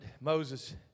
Moses